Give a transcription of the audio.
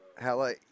Hello